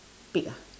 pig ah